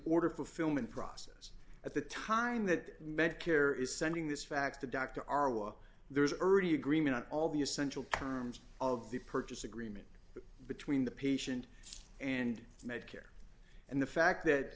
order fulfillment process at the time that medicare is sending this fax to dr arwa there's already agreement on all the essential kerman's of the purchase agreement between the patient and medicare and the fact that